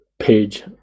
page